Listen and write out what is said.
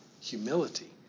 humility